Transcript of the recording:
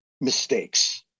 mistakes